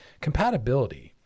compatibility